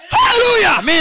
Hallelujah